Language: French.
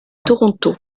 toronto